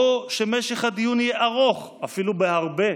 או שמשך הדיון יהיה ארוך, ואפילו בהרבה,